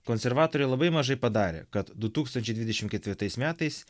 konservatoriai labai mažai padarė kad du tūkstančiai dvidešim ketvirtais metais